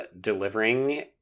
delivering